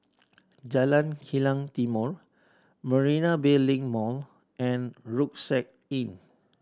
Jalan Kilang Timor Marina Bay Link Mall and Rucksack Inn